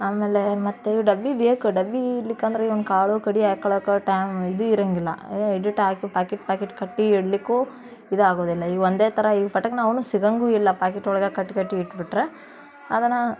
ಆಮೇಲೆ ಮತ್ತೆ ಡಬ್ಬ ಬೇಕು ಡಬ್ಬ ಇಡ್ಲಿಕ್ಕೆ ಅಂದ್ರೆ ಈಗ ಒಂದು ಕಾಳು ಕಡಿ ಹಾಕ್ಕೊಳಕ್ಕ ಟೈಮ್ ಇದು ಇರೋಂಗಿಲ್ಲ ಇಡಿಟ್ ಹಾಕ್ ಪಾಕಿಟ್ ಪಾಕಿಟ್ ಕಟ್ಟಿ ಇಡಲಿಕ್ಕೂ ಇದು ಆಗೋದಿಲ್ಲ ಈಗ ಒಂದೇ ಥರ ಈಗ ಪಟಕ್ನೆ ಅವೂ ಸಿಗೋಂಗೂ ಇಲ್ಲ ಪಾಕಿಟ್ ಒಳಗೆ ಕಟ್ಟಿ ಕಟ್ಟಿ ಇಟ್ಬಿಟ್ರೆ ಅದನ್ನು